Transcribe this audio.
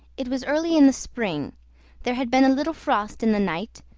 it was early in the spring there had been a little frost in the night,